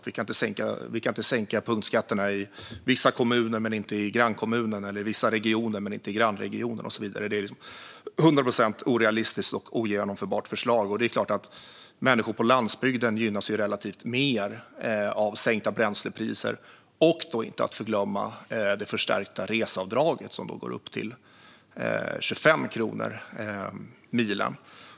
Vi kan inte sänka punktskatterna i vissa kommuner men inte i grannkommunen, eller i vissa regioner men inte i grannregionen och så vidare. Det är ett hundra procent orealistiskt och ogenomförbart förslag. Människor på landsbygden gynnas relativt mer av sänkta bränslepriser, inte att förglömma det förstärkta reseavdraget som höjs till 25 kronor milen.